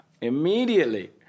Immediately